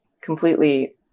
completely